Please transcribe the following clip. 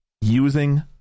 using